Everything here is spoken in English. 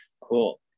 Cool